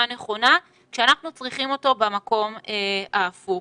נכונה כשאנחנו צריכים אותו במקום ההפוך.